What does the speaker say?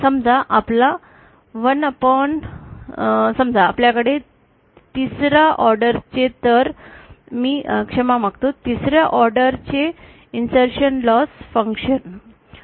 समजा आपल्याला 1 समजा आपल्याला 3 रा ऑर्डर चे तर मी क्षमा मागतो 3 रा ऑर्डर चे इन्सर्शन लॉस फंक्शन